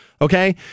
Okay